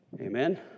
Amen